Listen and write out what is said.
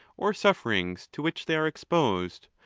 or sufferings to which they are exposed,